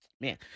man